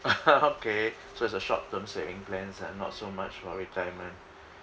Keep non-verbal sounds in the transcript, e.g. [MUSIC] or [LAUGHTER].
[LAUGHS] okay so it's a short-term saving plans ah not so much for retirement